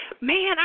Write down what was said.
man